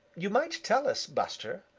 you might tell us, buster,